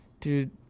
dude